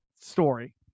story